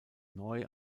neu